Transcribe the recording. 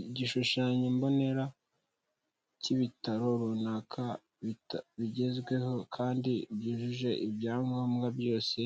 Igishushanyo mbonera cy'ibitaro runaka bigezweho kandi byujuje ibyangombwa byose